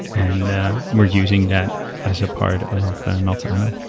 and we're using that as a part of meltano.